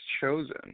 chosen